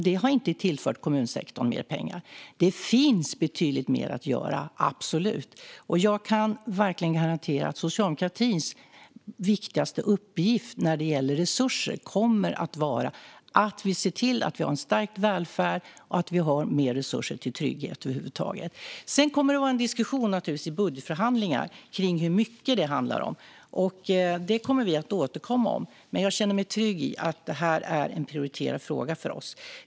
Det har inte tillfört kommunsektorn mer pengar. Det finns betydligt mer att göra - absolut! Jag kan verkligen garantera att socialdemokratins viktigaste uppgift när det gäller resurser kommer att vara att se till att vi har en stark välfärd och mer resurser till trygghet över huvud taget. Sedan kommer det naturligtvis i budgetförhandlingar att vara diskussion kring hur mycket det handlar om. Det kommer vi att återkomma om. Jag känner mig dock trygg i att detta är en prioriterad fråga för oss.